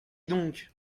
donc